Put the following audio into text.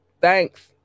Thanks